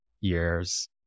years